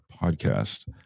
podcast